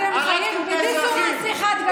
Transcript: אתם חיים בדיסוננס גדול.